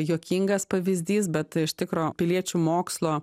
juokingas pavyzdys bet iš tikro piliečių mokslo